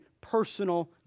personal